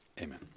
Amen